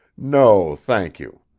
no, thank you.